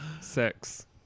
six